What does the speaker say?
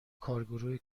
کارگروه